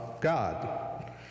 God